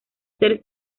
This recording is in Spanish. ser